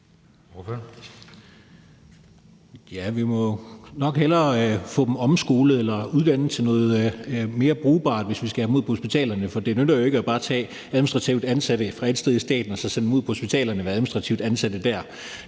Vi må jo nok hellere få dem omskolet eller uddannet til noget mere brugbart, hvis vi skal have dem ud på hospitalerne. For det nytter jo ikke noget bare at tage administrative ansatte fra ét sted i staten og sende dem ud på hospitalerne og være administrative ansatte dér.